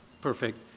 perfect